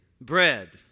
bread